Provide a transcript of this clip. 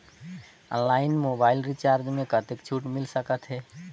Online mobile recharge मे कतेक छूट मिल सकत हे?